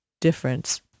difference